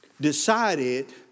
decided